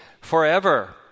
forever